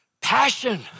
passion